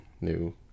new